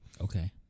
Okay